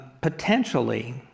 potentially